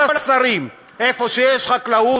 כל השרים: איפה שיש חקלאות,